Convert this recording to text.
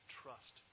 trust